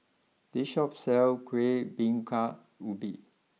this Shop sells Kuih Bingka Ubi